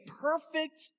perfect